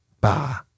bah